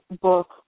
book